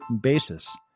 basis